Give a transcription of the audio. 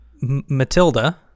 Matilda